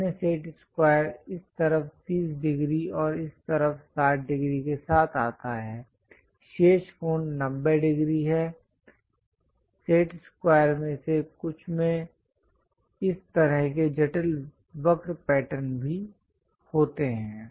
अन्य set square इस तरफ 30 डिग्री और इस तरफ 60 डिग्री के साथ आता है शेष कोण 90 डिग्री है सेट स्क्वायर में से कुछ में इस तरह के जटिल वक्र पैटर्न भी होते हैं